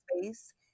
space